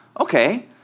Okay